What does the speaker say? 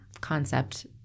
concept